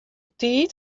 tiid